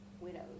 widows